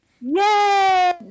Yay